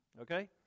Okay